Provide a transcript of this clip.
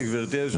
גברתי היושבת-ראש,